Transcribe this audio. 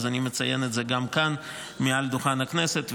אז אני מציין את זה גם כאן מעל דוכן הכנסת.